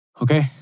Okay